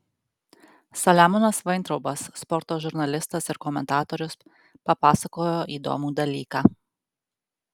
saliamonas vaintraubas sporto žurnalistas ir komentatorius papasakojo įdomų dalyką